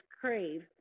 crave